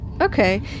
okay